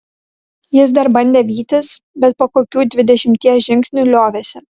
jis dar bandė vytis bet po kokių dvidešimties žingsnių liovėsi